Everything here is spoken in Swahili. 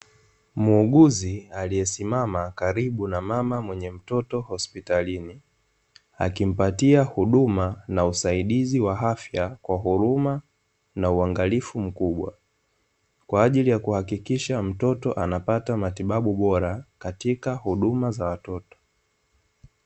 Muuguzi aliyesimama karibu na mama mwenye mtoto hospitalini, akimpatia huduma na usaidizi wa afya kwa huruma na uangalifu mkubwa. Kwa ajili ya kuhakikisha mtoto anapata matibabau bora, katika huduma za watoto.